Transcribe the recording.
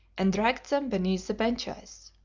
and dragged them beneath the benches.